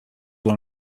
one